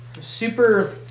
Super